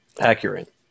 Accurate